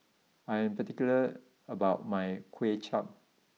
I am particular about my Kway Chap